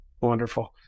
Wonderful